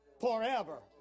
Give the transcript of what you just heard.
forever